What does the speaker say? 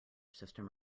system